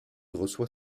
reçoit